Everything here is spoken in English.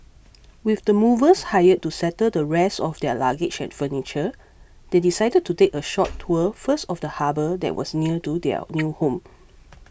with the movers hired to settle the rest of their luggage and furniture they decided to take a short tour first of the harbour that was near to their new home